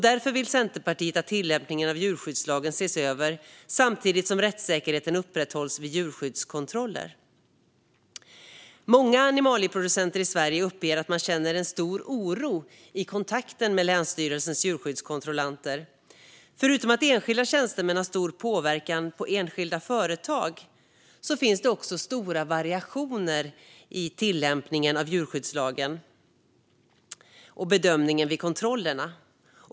Därför vill Centerpartiet att tillämpningen av djurskyddslagen ses över samtidigt som rättssäkerheten upprätthålls vid djurskyddskontroller. Många animalieproducenter i Sverige uppger att de känner en stor oro i kontakten med länsstyrelsens djurskyddskontrollanter. Förutom att enskilda tjänstemän har stor påverkan på enskilda företag finns det stora variationer i tillämpningen av djurskyddslagen och bedömningen vid kontrollerna.